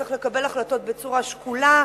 צריך לקבל החלטות בצורה שקולה,